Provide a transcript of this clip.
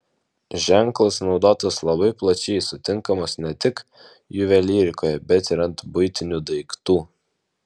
ženklas naudotas labai plačiai sutinkamas ne tik juvelyrikoje bet ir ant buitinių daiktų